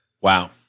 Wow